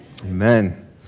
Amen